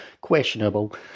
questionable